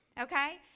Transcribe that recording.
Okay